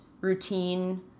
routine